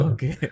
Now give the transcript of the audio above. Okay